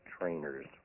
trainers